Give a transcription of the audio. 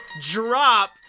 drop